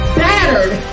battered